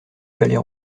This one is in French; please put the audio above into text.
palais